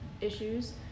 issues